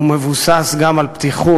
הוא מבוסס גם על פתיחות,